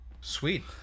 Sweet